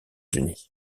unis